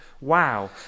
wow